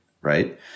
right